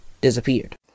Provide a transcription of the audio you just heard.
disappeared